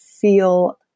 feel